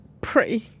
pray